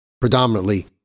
predominantly